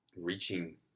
reaching